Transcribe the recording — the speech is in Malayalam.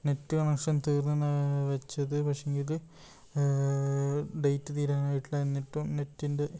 നെറ്റ് കണക്ഷൻ തീർന്നു എന്നാണ് വച്ചത് പക്ഷെങ്കിൽ ഡേറ്റ് തീരാൻ ആയിട്ടില്ല എന്നിട്ടും നെറ്റിൻ്റെ